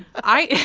i bet